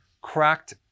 cracked